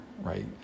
right